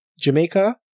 Jamaica